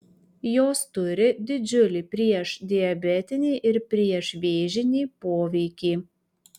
jos turi didžiulį priešdiabetinį ir priešvėžinį poveikį